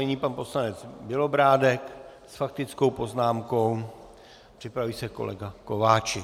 Nyní pan poslanec Bělobrádek s faktickou poznámkou, připraví se kolega Kováčik.